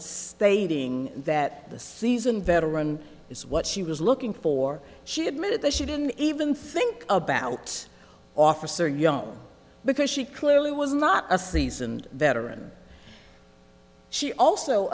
stating that the seasoned veteran is what she was looking for she admitted that she didn't even think about officer young because she clearly was not a seasoned veteran she also